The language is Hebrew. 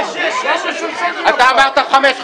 6. אתה אמרת 5,